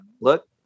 Look